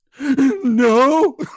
no